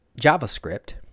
javascript